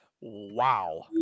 Wow